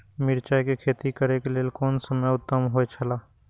मिरचाई के खेती करे के लेल कोन समय उत्तम हुए छला?